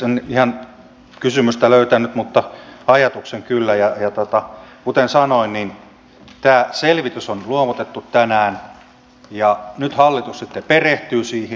en ihan kysymystä löytänyt mutta ajatuksen kyllä ja kuten sanoin tämä selvitys on luovutettu tänään ja nyt hallitus sitten perehtyy siihen